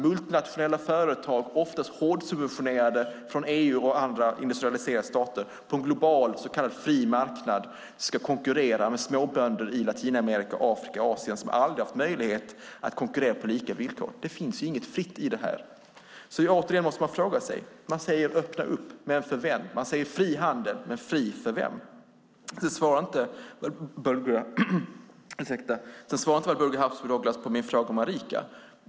Multinationella företag som ofta är hårdsubventionerade från EU eller andra industrialiserade stater ska på en global så kallad fri marknad konkurrera med småbönder i Latinamerika, Afrika och Asien som aldrig haft möjlighet att konkurrera på lika villkor. Det finns inget fritt i det. Återigen måste man fråga sig: Man säger att man ska öppna upp, men för vem? Man säger att det ska vara fri handel, men fri för vem? Sedan svarar inte Walburga Habsburg Douglas på min fråga om Arica.